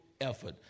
effort